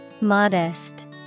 Modest